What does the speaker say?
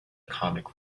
comic